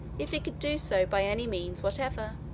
if he could do so by any means whatever.